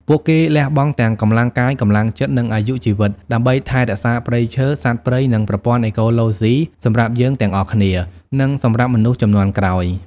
ពួកគេលះបង់ទាំងកម្លាំងកាយ កម្លាំងចិត្ត និងអាយុជីវិត ដើម្បីថែរក្សាព្រៃឈើ សត្វព្រៃ និងប្រព័ន្ធអេកូឡូស៊ីសម្រាប់យើងទាំងអស់គ្នា និងសម្រាប់មនុស្សជំនាន់ក្រោយ។